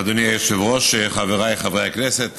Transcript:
אדוני היושב-ראש, חבריי חברי הכנסת,